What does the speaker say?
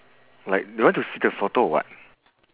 like you want to see the photo or what